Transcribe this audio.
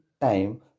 time